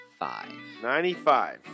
95